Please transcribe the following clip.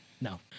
No